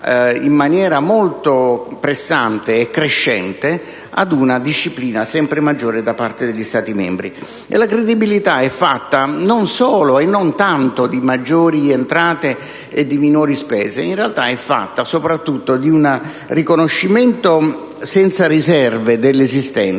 in maniera molto pressante e crescente ad una disciplina sempre maggiore da parte degli Stati membri. E la credibilità è fatta non solo e non tanto di maggiori entrate e di minori spese. In realtà, è fatta soprattutto di un riconoscimento senza riserve dell'esistente